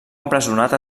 empresonat